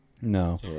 No